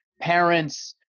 parents